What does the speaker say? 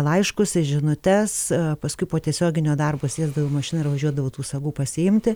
laiškus į žinutes paskui po tiesioginio darbo sėsdavau į mašiną ir važiuodavau tų sagų pasiimti